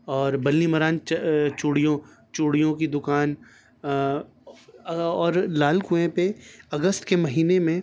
اور بلی ماران چوڑیوں چوڑیوں کی دکان اور لال کنویں پہ اگست کے مہینے میں